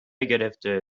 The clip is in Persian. گرفته